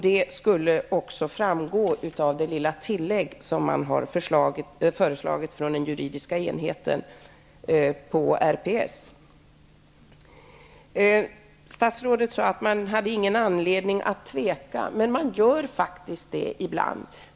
Det skulle också framgå av det lilla tillägg som föreslagits av juridiska enheten på RPS. Statsrådet sade att man har ingen anledning att tveka att använda hunden, men man gör faktiskt det ibland.